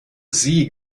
sie